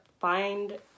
find